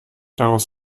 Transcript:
daraus